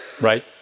right